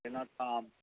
بنا کام